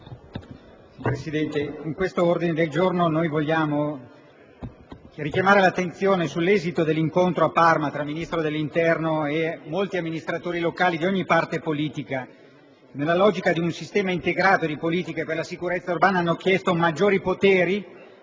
Presidente, con l'ordine del giorno G6.103 intendiamo richiamare l'attenzione sull'esito dell'incontro tenutosi a Parma tra il Ministro dell'interno e molti amministratori locali di ogni parte politica, che, nella logica di un sistema integrato di politiche per la sicurezza urbana, hanno chiesto maggiori poteri